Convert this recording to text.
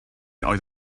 oedd